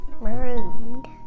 Marooned